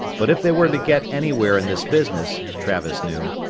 but if they were to get anywhere in this business, travis knew,